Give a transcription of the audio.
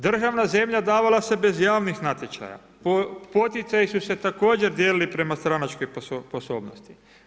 Državna zemlja davala se bez javnih natječaja, poticaji su se također dijelili prema stranačkoj sposobnosti.